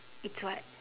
it's what